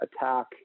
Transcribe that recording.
attack